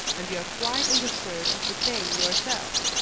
and you are quite in the spirit of the thing yourself.